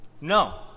No